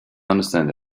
understand